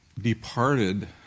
departed